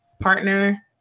partner